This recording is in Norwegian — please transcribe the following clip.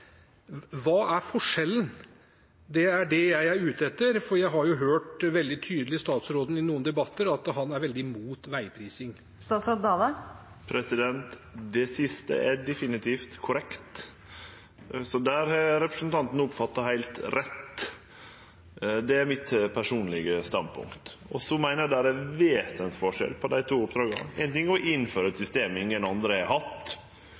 Hva er forskjellen? Det er det jeg er ute etter, for jeg har jo hørt statsråden i noen debatter være veldig tydelig på at han er veldig imot veiprising. Det siste er definitivt korrekt, så det har representanten oppfatta heilt rett. Det er mitt personlege standpunkt. Så meiner eg det er vesensforskjell på dei to oppdraga. Ein ting er å innføre eit system ingen andre har hatt,